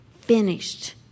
finished